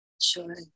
Sure